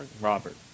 Robert